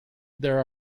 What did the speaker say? there